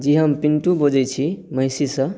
जी हम पिंटू बजै छी महिषीसँ